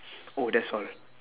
oh that's all